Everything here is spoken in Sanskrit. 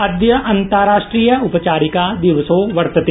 अद्य अन्ताराष्ट्रिय उपचारिका दिवसो वर्तते